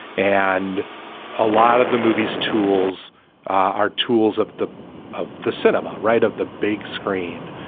and a lot of the movie's tools are tools of the of the cinema, right. of the big screen.